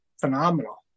phenomenal